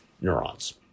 neurons